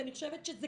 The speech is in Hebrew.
אני חושבת שזה